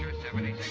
seventy